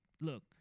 Look